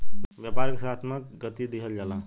व्यापार के सकारात्मक गति दिहल जाला